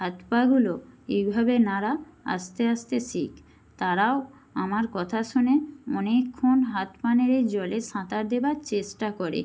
হাত পাগুলো এইভাবে নাড়া আস্তে আস্তে শেখ তারাও আমার কথা শুনে অনেকক্ষণ হাত পা নেড়ে জলে সাঁতার দেওয়ার চেষ্টা করে